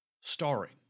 Starring